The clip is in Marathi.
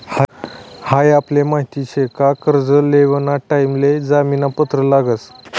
हाई आपले माहित शे का कर्ज लेवाना टाइम ले जामीन पत्र लागस